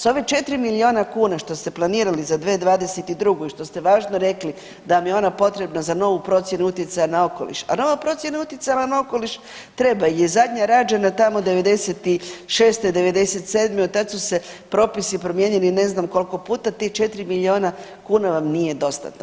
S ove 4 miliona kuna što ste planirali za 2022. i što ste važno rekli da vam je ona potrebna za novu procjenu utjecaja na okoliš, a nova procjena utjecaja na okoliš treba jer je zadnja rađena tamo '96., '97. od tad su se propisi promijenili ne znam koliko puta, tih 4 miliona kuna vam nije dostatno.